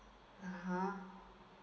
(uh huh)